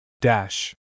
dash